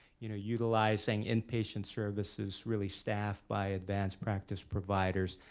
you know, utilizing inpatient services really staffed by advanced practice providers.